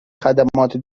خدمات